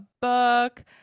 book